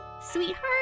sweetheart